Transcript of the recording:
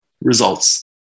Results